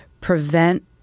prevent